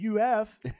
UF